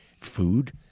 food